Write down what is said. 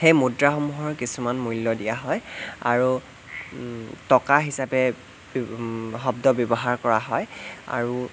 সেই মুদ্ৰাসমূহৰ কিছুমান মূল্য দিয়া হয় আৰু টকা হিচাপে শব্দ ব্যৱহাৰ কৰা হয় আৰু